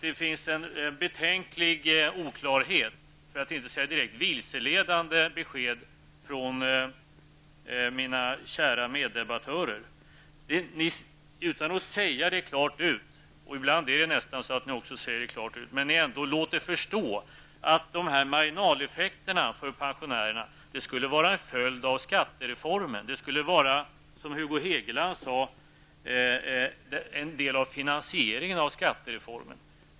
Det finns en betänklig oklarhet, för att inte säga ett vilseledande besked, från mina kära meddebattörer. Utan att säga det klart, men ibland är det nästan klart, låter ni förstå att marginaleffekterna för pensionärerna skulle vara en följd av skattereformen. Hugo Hegeland sade att det skulle vara en del av finansieringen av skattereformen.